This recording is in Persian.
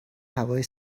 هوای